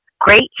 great